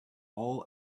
all